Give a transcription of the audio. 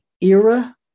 era